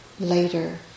later